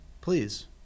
please